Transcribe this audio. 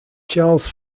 charles